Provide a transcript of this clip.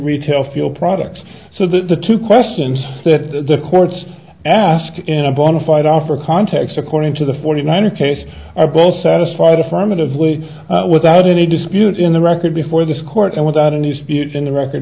retail feel products so that the two questions that the court asked in a bonafide offer context according to the forty nine a case are both satisfied affirmatively without any dispute in the record before this court and without a new spirit in the record